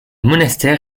monastère